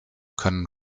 können